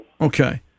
Okay